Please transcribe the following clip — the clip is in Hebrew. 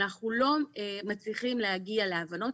אנחנו לא מצליחים להגיע להבנות.